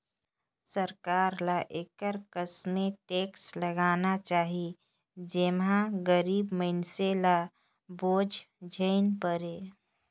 सरकार ल एकर कस में टेक्स लगाना चाही जेम्हां गरीब मइनसे ल बोझ झेइन परे